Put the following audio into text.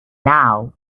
now